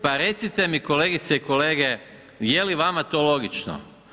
Pa recite mi, kolegice i kolege, je li vama to logično?